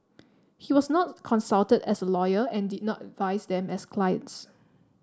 he was not consulted as a lawyer and did not advise them as clients